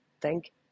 Thank